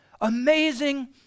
amazing